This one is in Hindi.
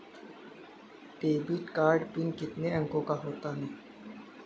डेबिट कार्ड पिन कितने अंकों का होता है?